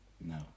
No